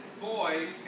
boys